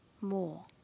more